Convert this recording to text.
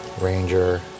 ranger